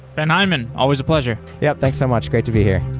ben hindman, always a pleasure. yeah, thanks so much. great to be here.